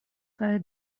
kaj